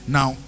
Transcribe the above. Now